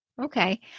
Okay